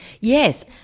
Yes